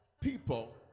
people